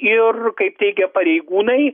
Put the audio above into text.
ir kaip teigia pareigūnai